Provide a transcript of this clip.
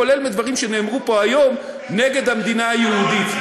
כולל מדברים שנאמרו פה היום נגד המדינה היהודית,